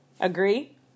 Agree